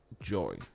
joy